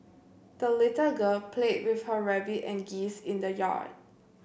the little girl played with her rabbit and geese in the yard